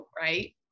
Right